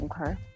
Okay